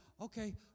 Okay